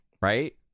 right